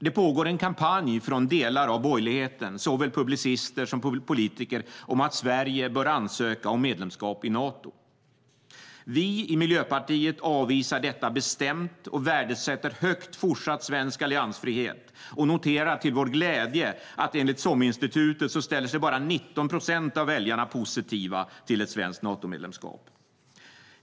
Det pågår en kampanj från delar av borgerligheten, såväl publicister som politiker, om att Sverige bör ansöka om medlemskap i Nato. Vi i Miljöpartiet avvisar detta bestämt och värdesätter högt fortsatt svensk alliansfrihet och noterar till vår glädje att enligt SOM-institutet ställer sig bara 19 procent av väljarna positiva till ett svenskt Natomedlemskap.